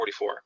44